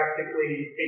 practically